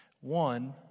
One